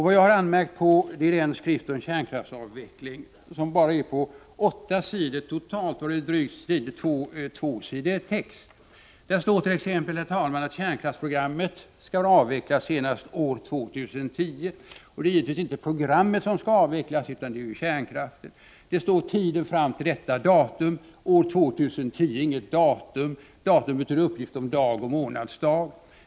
Vad jag har anmärkt på är den skrift om kärnkraftsavveckling som är på bara åtta sidor totalt, varav drygt två sidor utgör text. Där står t.ex., herr talman: ”Kärnkraftsprogrammet skall vara avvecklat senast år 2010 ——.” Det är givetvis inte programmet som = Prot. 1985/86:78 skall avvecklas utan kärnkraften. 13 februari 1986 Det står: ”Tiden fram till detta datum ——-.” År 2010 är inget datum. Datum betyder uppgift om dag, dvs. månadsdag.